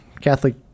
Catholic